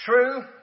true